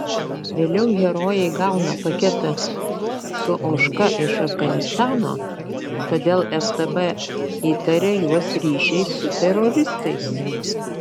vėliau herojai gauna paketą su ožka iš afganistano todėl ftb įtaria juos ryšiais su teroristais